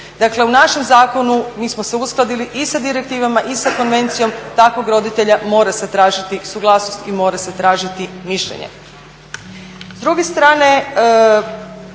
Dakle u našem zakonu mi smo se uskladili i sa direktivama i sa konvencijom takvog roditelja mora se tražiti suglasnost i mora se tražiti mišljenje.